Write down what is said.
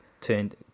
turned